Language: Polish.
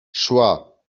szła